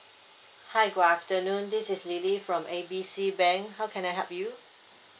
hi good afternoon this is lily from A B C bank how can I help you